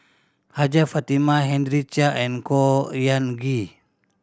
Hajjah Fatimah Henry Chia and Khor Ean Ghee